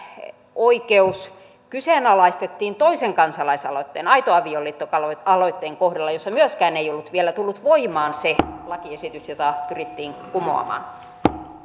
oikeus kyseenalaistettiin toisen kansalaisaloitteen aito avioliitto aloitteen kohdalla myöskään sen kohdalla ei ollut vielä tullut voimaan se lakiesitys jota pyrittiin kumoamaan